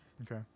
Okay